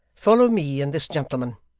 follow me and this gentleman,